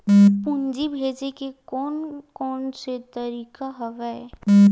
पूंजी भेजे के कोन कोन से तरीका हवय?